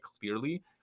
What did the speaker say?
clearly